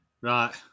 Right